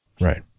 Right